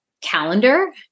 calendar